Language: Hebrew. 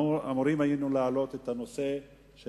היינו אמורים להעלות את הנושא של